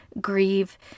grieve